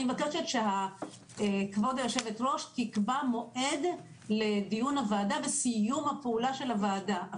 מבקשת שכבוד היושבת ראש תקבע מועד לדיון הוועדה וסיום הפעולה של הוועדה,